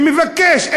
שמבקש?